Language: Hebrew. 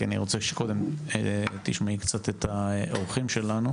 כי אני רוצה שקודם תשמעי קצת את האורחים שלנו.